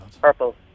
Purple